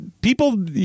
people